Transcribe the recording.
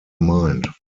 mind